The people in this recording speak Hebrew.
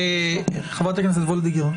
חברת הכנסת וולדיגר,